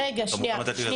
אתה מוכן לתת לי לדבר, אדוני?